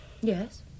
Yes